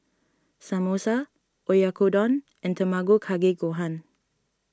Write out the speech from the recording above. Samosa Oyakodon and Tamago Kake Gohan